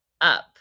up